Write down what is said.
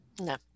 No